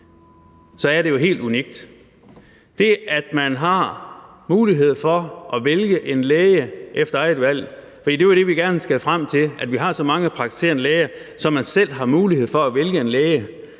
så er det jo helt unikt. Det, at man har mulighed for at vælge en læge efter eget valg – det er det, vi gerne skal frem til: at vi har så mange praktiserende læger, så man selv har mulighed for at vælge en læge